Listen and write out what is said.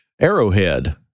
arrowhead